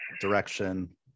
direction